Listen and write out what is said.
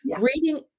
reading